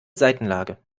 seitenlage